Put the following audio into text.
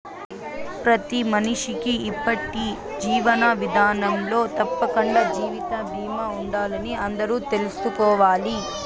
ప్రతి మనిషికీ ఇప్పటి జీవన విదానంలో తప్పకండా జీవిత బీమా ఉండాలని అందరూ తెల్సుకోవాలి